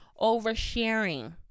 oversharing